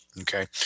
Okay